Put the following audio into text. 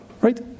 Right